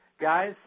guys